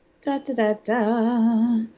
Da-da-da-da